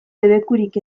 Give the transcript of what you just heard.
debekurik